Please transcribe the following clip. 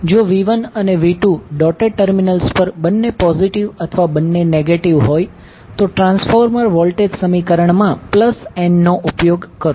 જો V1અને V2ડોટેડ ટર્મિનલ્સ પર બંને પોઝિટિવ અથવા બંને નેગેટિવ હોય તો ટ્રાન્સફોર્મર વોલ્ટેજ સમીકરણમાં n નો ઉપયોગ કરો